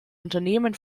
unternehmen